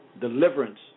deliverance